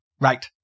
Right